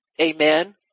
Amen